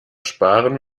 sparen